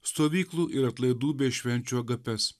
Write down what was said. stovyklų ir atlaidų bei švenčių agapes